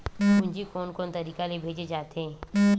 पूंजी कोन कोन तरीका ले भेजे जाथे?